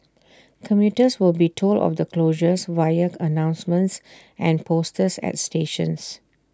commuters will be told of the closures via announcements and posters at stations